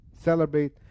celebrate